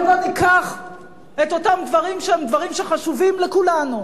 בוא ניקח את אותם דברים שהם חשובים לכולנו.